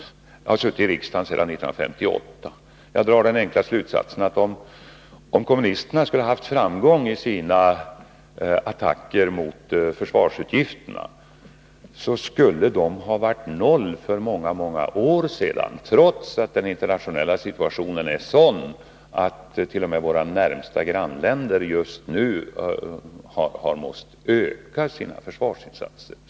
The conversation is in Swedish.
Jag har suttit i riksdagen sedan 1958, och jag drar den enkla slutsatsen att om kommunisterna skulle ha haft framgång i sina attacker mot försvarsutgifterna, skulle dessa ha varit nere vid noll för många år sedan, trots att den internationella situationen är sådan att t.o.m. våra närmaste grannländer just nu har måst öka sina försvarsinsatser.